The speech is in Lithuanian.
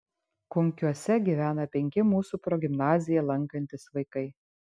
kunkiuose gyvena penki mūsų progimnaziją lankantys vaikai